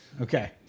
Okay